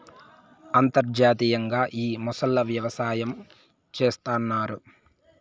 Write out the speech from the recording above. అంతర్జాతీయంగా ఈ మొసళ్ళ వ్యవసాయం చేస్తన్నారు